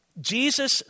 Jesus